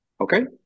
Okay